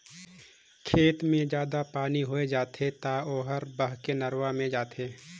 खेत मे जादा पानी होय जाथे त ओहर बहके नरूवा मे जाथे